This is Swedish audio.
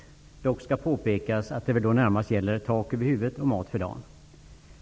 Men jag kanske skall påpeka att det väl då närmast gäller tak över huvudet och mat för dagen.